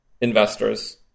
investors